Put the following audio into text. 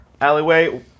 alleyway